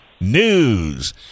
news